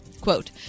Quote